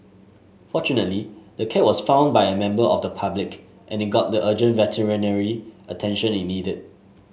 fortunately the cat was found by a member of the public and it got the urgent veterinary attention it needed